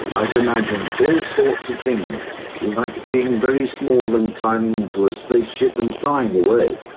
i'd imagine all sorts of things, like being very small and climbing into a spaceship and flying away,